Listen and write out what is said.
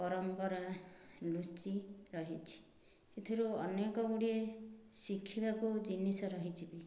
ପରମ୍ପରା ଲୁଚି ରହିଛି ଏଥିରୁ ଅନେକ ଗୁଡ଼ିଏ ଶିଖିବାକୁ ଜିନିଷ ରହିଛି ବି